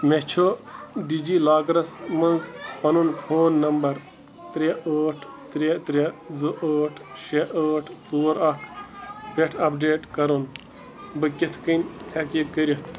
مےٚ چھُ DigiLockers منٛز پنُن فون نمبر ترٛےٚ ٲٹھ ترٛےٚ ترٛےٚ زٕ ٲٹھ شےٚ ٲٹھ ژور اکھ پٮ۪ٹھ اپ ڈیٹ کرُن بہٕ کِتھ کٔنۍ ہیٚکہٕ یہ کٔرتھ